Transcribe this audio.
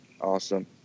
Awesome